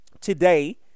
today